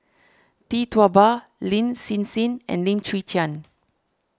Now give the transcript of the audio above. Tee Tua Ba Lin Hsin Hsin and Lim Chwee Chian